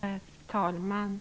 Herr talman!